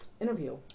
interview